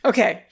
Okay